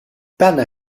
banner